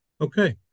Okay